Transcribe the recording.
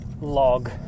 log